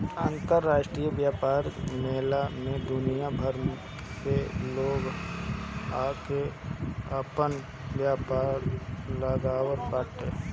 अंतरराष्ट्रीय व्यापार मेला में दुनिया भर से लोग आके आपन व्यापार लगावत बाटे